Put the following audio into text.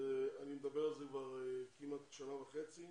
אני מדבר על זה כבר כמעט שנה וחצי,